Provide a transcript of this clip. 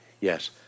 yes